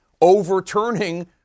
overturning